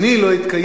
אני לא אתקיים.